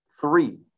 three